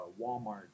Walmart